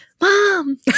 mom